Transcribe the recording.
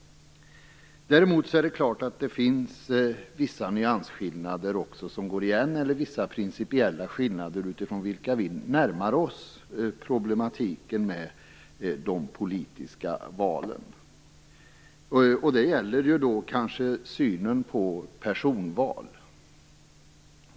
Däremot finns det självfallet vissa nyansskillnader eller principiella skillnader utifrån vilka vi närmar oss problematiken med de politiska valen. Det gäller kanske främst synen på personval.